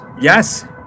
Yes